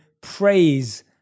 praise